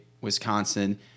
Wisconsin